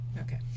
Okay